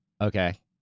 Okay